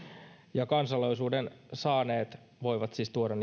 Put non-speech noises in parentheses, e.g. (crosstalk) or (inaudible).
ja kansalaisuuden saaneet voivat siis tuoda (unintelligible)